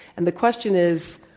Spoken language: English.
and the question is,